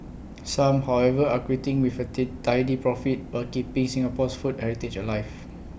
some however are quitting with A tit tidy profit while keeping Singapore's food heritage alive